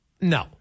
No